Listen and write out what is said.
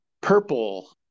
purple